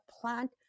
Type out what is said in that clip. plant